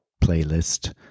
playlist